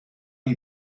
die